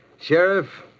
Sheriff